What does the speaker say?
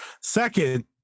Second